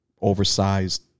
oversized